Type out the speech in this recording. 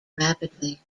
rapidly